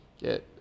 get